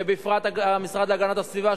ובפרט המשרד להגנת הסביבה,